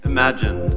Imagine